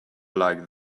like